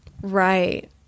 right